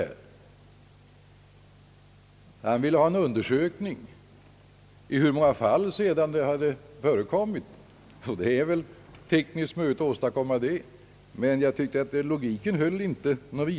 Herr Tistad ville dock ha en undersökning om i hur många fall sådana försäljningar har förekommit. Det är väl tekniskt möjligt att åstadkomma en sådan undersökning, men jag tyckte att logiken inte var särskilt hållbar.